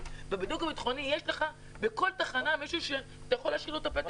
בבידוק הביטחוני יש לך בכל תחנה מישהו שאתה יכול להשאיר לו את הפתק הזה.